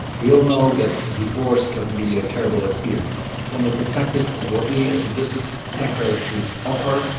we all know that divorce can be a terrible experience. from the perspective of what we as a justice sector should offer,